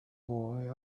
boy